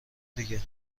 دیگه